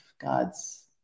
God's